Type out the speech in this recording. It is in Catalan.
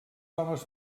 homes